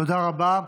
תודה רבה.